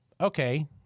okay